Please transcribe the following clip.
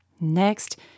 Next